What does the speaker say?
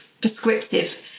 prescriptive